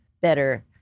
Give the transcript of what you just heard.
better